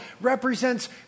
represents